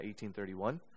1831